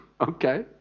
Okay